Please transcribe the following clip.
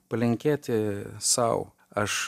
palinkėti sau aš